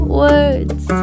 words